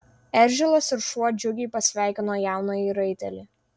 eržilas ir šuo džiugiai pasveikino jaunąjį raitelį